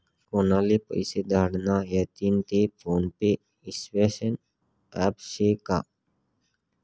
कोनले पैसा धाडना व्हतीन ते फोन पे ईस्वासनं ॲप शे का?